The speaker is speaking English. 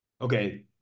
Okay